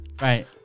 Right